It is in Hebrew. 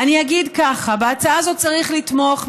אגיד כך: בהצעה הזאת צריך לתמוך,